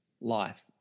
life